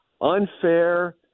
unfair